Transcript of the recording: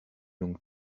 longue